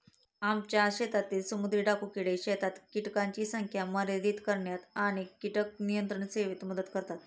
आमच्या शेतातील समुद्री डाकू किडे शेतात कीटकांची संख्या मर्यादित करण्यात आणि कीटक नियंत्रण सेवेत मदत करतात